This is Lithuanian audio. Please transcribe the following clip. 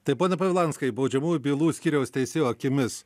tai pone povilanskai baudžiamųjų bylų skyriaus teisėjo akimis